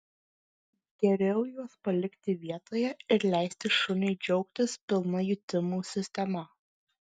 geriau juos palikti vietoje ir leisti šuniui džiaugtis pilna jutimų sistema